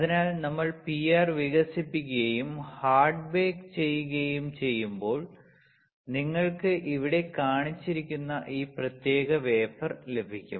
അതിനാൽ നമ്മൾ പിആർ വികസിപ്പിക്കുകയും ഹാർഡ് ബേക്ക് ചെയ്യുകയും ചെയ്യുമ്പോൾ നിങ്ങൾക്ക് ഇവിടെ കാണിച്ചിരിക്കുന്ന ഈ പ്രത്യേക വേഫർ ലഭിക്കും